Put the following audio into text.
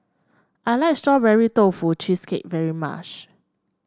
I like Strawberry Tofu Cheesecake very much